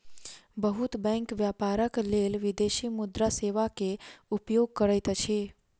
बहुत बैंक व्यापारक लेल विदेशी मुद्रा सेवा के उपयोग करैत अछि